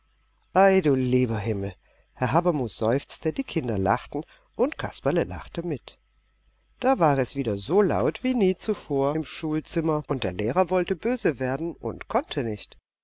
ei du lieber himmel herr habermus seufzte die kinder lachten und kasperle lachte mit da war es wieder so laut wie nie zuvor im schulzimmer und der lehrer wollte böse werden und konnte nicht